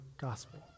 gospel